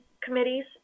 committees